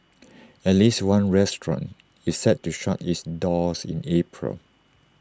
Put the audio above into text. at least one restaurant is set to shut its doors in April